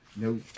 No